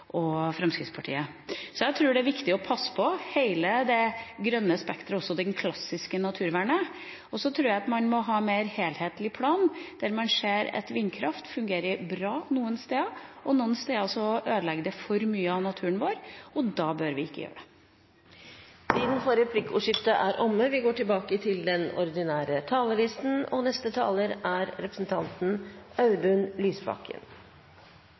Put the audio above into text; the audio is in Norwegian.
og Fremskrittspartiet. Jeg tror det er viktig å passe på hele det grønne spekteret, også det klassiske naturvernet. Og så tror jeg man må ha en mer helhetlig plan, der man ser at vindkraft fungerer bra noen steder. Andre steder ødelegger det for mye av naturen vår, og da bør vi ikke bruke det. Replikkordskiftet er omme. En gang i framtiden kommer våre barnebarn til å spørre oss hva vi brukte den makten vi hadde på Stortinget til. Det er